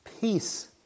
Peace